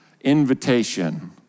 invitation